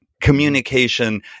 Communication